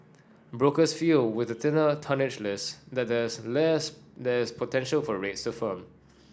brokers feel with the thinner tonnage list there there's less that's potential for rates to firm